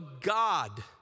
God